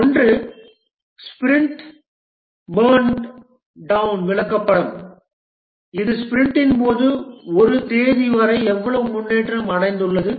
ஒன்று sprint burn down விளக்கப்படம் இது ஸ்பிரிண்டின் போது ஒரு தேதி வரை எவ்வளவு முன்னேற்றம் அடைந்துள்ளது